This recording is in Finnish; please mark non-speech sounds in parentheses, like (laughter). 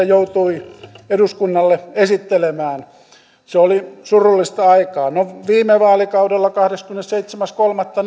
(unintelligible) joutui eduskunnalle esittelemään se oli surullista aikaa viime vaalikaudella kahdeskymmenesseitsemäs kolmatta (unintelligible)